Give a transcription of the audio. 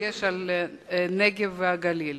בדגש על הנגב והגליל.